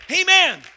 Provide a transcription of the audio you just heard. Amen